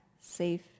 safe